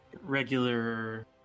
regular